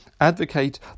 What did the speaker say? advocate